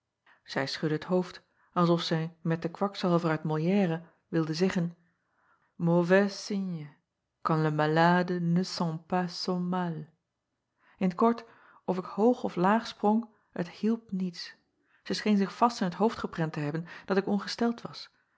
zij schudde t hoofd als of zij met den kwakzalver uit olière wilde zeggen mauvais signe quand le malade ne sent pas son mal n t kort of ik hoog of laag sprong het hielp niets zij scheen zich vast in t hoofd geprent te hebben dat ik ongesteld was